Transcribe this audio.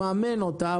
מממן אותה,